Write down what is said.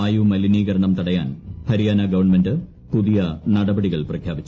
വായുമലിനീകരണം തടയാൻ ്ഹ്ഴിയാന ഗവൺമെന്റ് പുതിയ നടപടികൾ പ്രഖ്യാപിച്ചു